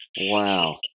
Wow